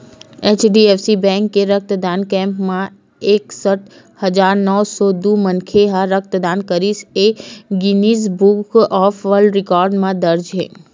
HDFC bank के रक्तदान camp म एकसट हजार नव सौ दू मनखे ह रक्तदान करिस ए ह Guinness book of world record म दर्ज हे